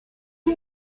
you